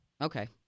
okay